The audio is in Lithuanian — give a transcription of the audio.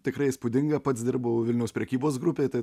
tikrai įspūdinga pats dirbau vilniaus prekybos grupei tai